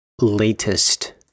latest